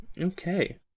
Okay